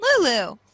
lulu